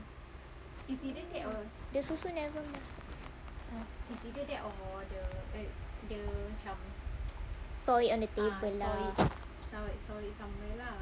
the susu never masuk saw it on the table lah